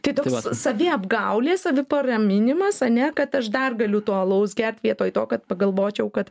tai toks saviapgaulė saviparaminimas ane kad aš dar galiu to alaus gert vietoj to kad pagalvočiau kad